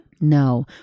No